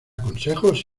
consejos